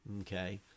okay